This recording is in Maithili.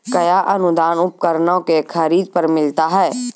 कया अनुदान उपकरणों के खरीद पर मिलता है?